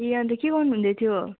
ए अन्त के गर्नु हुँदैथ्यो